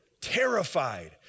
terrified